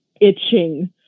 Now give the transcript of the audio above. itching